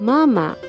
Mama